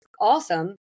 awesome